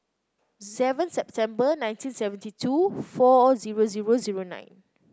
seven September nineteen seventy two four zero zero zero nine